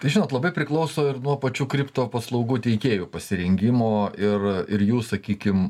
žinot labai priklauso ir nuo pačių kripto paslaugų teikėjų pasirengimo ir ir jų sakykim